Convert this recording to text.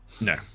No